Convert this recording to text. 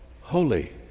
holy